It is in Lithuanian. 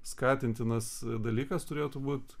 skatintinas dalykas turėtų būt